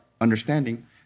understanding